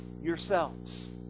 yourselves